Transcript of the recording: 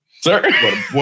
Sir